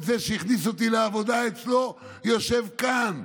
זה שהכניס אותי לעבודה אצלו יושב כאן,